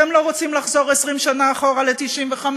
אתם לא רוצים לחזור 20 שנה אחורה ל-1995?